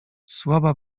słaba